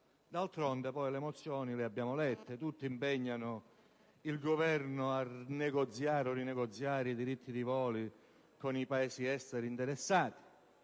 D'altronde le mozioni le abbiamo lette. Tutte impegnano il Governo a negoziare o rinegoziare i diritti di volo con i Paesi esteri interessati,